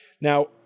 Now